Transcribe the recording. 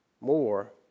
more